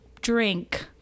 drink